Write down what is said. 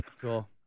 Cool